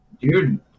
dude